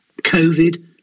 COVID